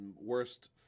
Worst